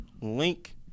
link